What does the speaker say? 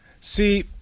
See